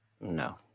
No